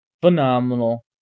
phenomenal